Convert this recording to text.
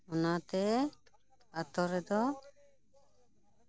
ᱚᱱᱟᱛᱮ ᱟᱹᱛᱩ ᱨᱮᱫᱚ